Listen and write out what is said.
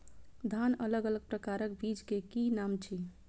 धान अलग अलग प्रकारक बीज केँ की नाम अछि?